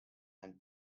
and